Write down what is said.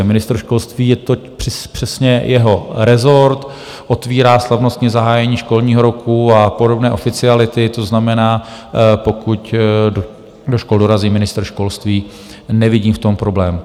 Ministr školství, je to přesně jeho rezort, otvírá slavnostní zahájení školního roku a podobné oficiality, to znamená, pokud do škol dorazí ministr školství, nevidím v tom problém.